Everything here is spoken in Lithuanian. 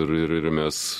ir ir ir mes